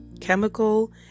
chemical